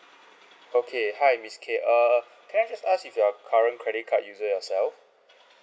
okay hi miss K err can I just ask if you are a current credit card yourself